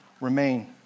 remain